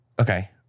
Okay